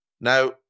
Now